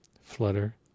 Flutter